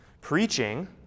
Preaching